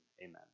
Amen